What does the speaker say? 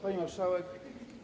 Pani Marszałek!